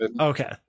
okay